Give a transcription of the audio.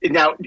now